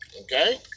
okay